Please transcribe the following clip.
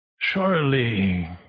surely